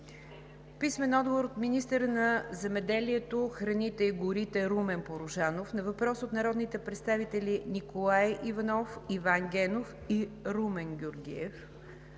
Иванов; - министъра на земеделието, храните и горите Румен Порожанов на въпрос от народните представители Николай Иванов, Иван Генов и Румен Георгиев;